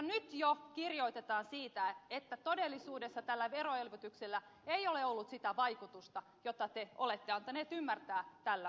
nyt jo kirjoitetaan siitä että todellisuudessa tällä veroelvytyksellä ei ole ollut sitä vaikutusta jota te olette antaneet ymmärtää tällä olleen